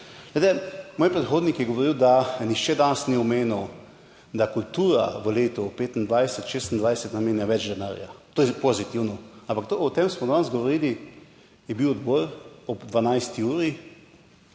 Glejte, moj predhodnik je govoril, da nihče danes ni omenil, da kultura v letu 2025, 2026 namenja več denarja, to je pozitivno, ampak o tem smo danes govorili. Je bil odbor ob 12. uri